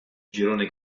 girone